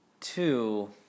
two